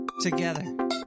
together